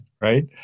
right